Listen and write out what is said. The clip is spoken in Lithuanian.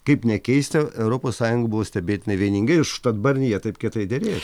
kaip nekeista europos sąjunga buvo stebėtinai vieninga ir užtat barnjė taip kietai derėjos